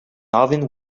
alvin